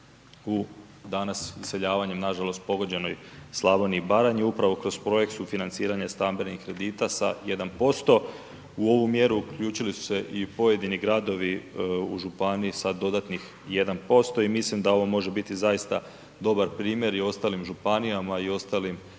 u danas iseljavanjem nažalost pogođenoj Slavoniji i Baranji, upravo kroz projekt sufinanciranja stambenih kredita sa 1%. U ovu mjeru uključili su se i pojedini gradovi u županiji sa dodatnih 1%. I mislim da ovo može biti zaista dobar primjer i ostalim županijama i ostalim